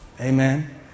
Amen